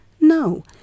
No